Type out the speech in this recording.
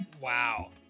Wow